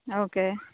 okay